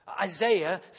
Isaiah